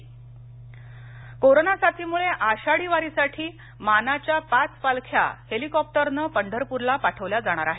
पालखी कोरोना साथीमुळे आषाढी वारीसाठी मानाच्या पाच पालख्या हेलीकॉप्टरने पंढरपूरला पाठवल्या जाणार आहेत